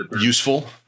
useful